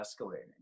escalating